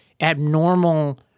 abnormal